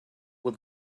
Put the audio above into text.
will